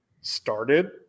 started